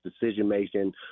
decision-making